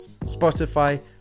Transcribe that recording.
Spotify